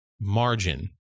margin